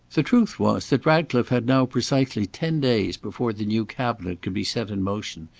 the truth was that ratcliffe had now precisely ten days before the new cabinet could be set in motion,